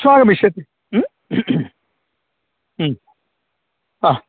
श्वः आगमिष्ति म्